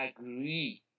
agree